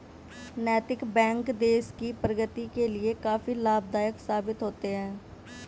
नैतिक बैंक देश की प्रगति के लिए काफी लाभदायक साबित होते हैं